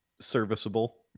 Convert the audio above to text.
serviceable